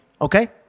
okay